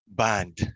band